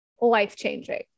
life-changing